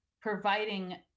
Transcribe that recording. providing